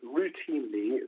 routinely